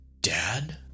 Dad